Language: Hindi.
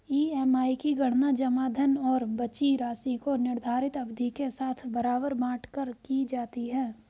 ई.एम.आई की गणना जमा धन और बची राशि को निर्धारित अवधि के साथ बराबर बाँट कर की जाती है